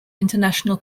international